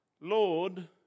Lord